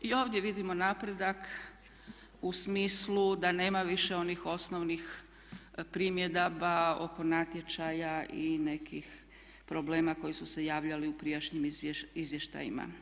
I ovdje vidimo napredak u smislu da nema više onih osnovnih primjedaba oko natječaja i nekih problema koji su se javljali u prijašnjim izvještajima.